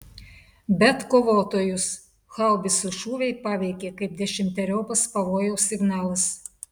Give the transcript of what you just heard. bet kovotojus haubicų šūviai paveikė kaip dešimteriopas pavojaus signalas